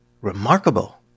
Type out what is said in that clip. remarkable